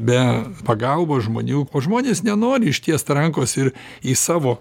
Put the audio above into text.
be pagalbos žmonių o žmonės nenori ištiest rankos ir į savo